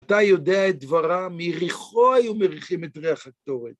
אתה יודע את דברם, ביריחו היו מריחים את ריח הקטורת.